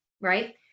right